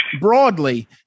broadly